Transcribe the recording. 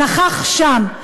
נכח שם.